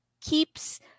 keeps